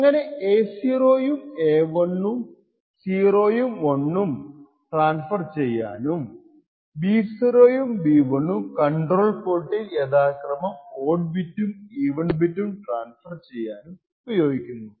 അങ്ങനെ A0 ഉം A1 ഉം 0 ഉം 1 ഉം ട്രാൻസ്ഫർ ചെയ്യാനും B0 ഉം B1 ഉം കൺട്രോൾ പോർട്ടിൽ യഥാക്രമം ഓഡ്ഡ് ബിറ്റും ഈവൻ ബിറ്റും ട്രാൻസ്ഫർ ചെയ്യാൻ ഉപയോഗിക്കുന്നു